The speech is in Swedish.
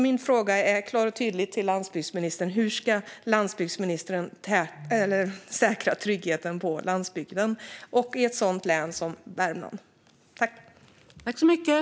Min fråga till landsbygdsministern är därför: Hur ska landsbygdsministern säkra tryggheten i det vargtätaste länet Värmland och på övriga landsbygden?